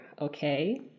okay